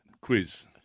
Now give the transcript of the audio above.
quiz